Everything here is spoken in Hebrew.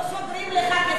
לא סוגרים לך,